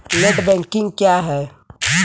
Net banking क्या है?